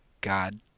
God